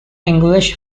english